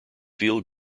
feel